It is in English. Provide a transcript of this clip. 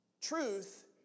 Truth